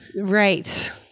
right